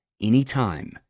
anytime